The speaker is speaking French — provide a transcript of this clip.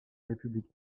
république